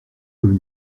comme